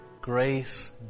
grace